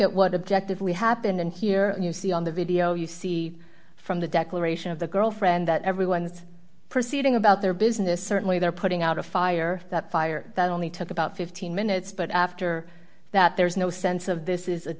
at what objective we happened and here you see on the video you see from the declaration of the girlfriend that everyone's proceeding about their business certainly they're putting out a fire that fire that only took about fifteen minutes but after that there is no sense of this is a